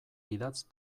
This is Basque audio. idatz